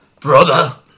Brother